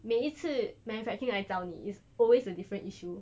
每一次 manufacturing 来找你 is always a different issue